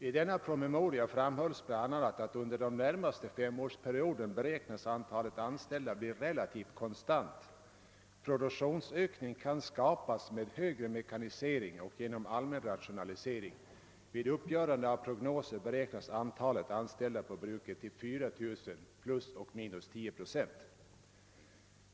I denna promemoria framhölls bl.a. att under den närmaste femårsperioden beräknades antalet anställda bli relativt konstant. Produktionsökning kunde åstadkommas med högre mekanisering och genom allmän rationalisering. Vid uppgörandet av prognosen beräknades antalet anställda på bruket till 4 000 plus och minus 10 procent.